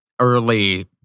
early